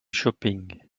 shopping